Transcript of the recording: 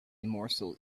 morsel